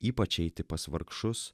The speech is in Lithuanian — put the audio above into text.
ypač eiti pas vargšus